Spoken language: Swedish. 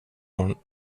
morgon